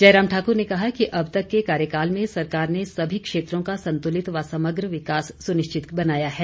जयराम ठाकुर ने कहा कि अब तक के कार्यकाल में सरकार ने सभी क्षेत्रों का संतुलित व समग्र विकास सुनिश्चित बनाया है